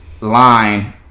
line